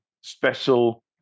special